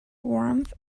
warmth